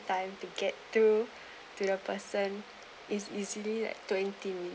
time to get through to the person is easily like twenty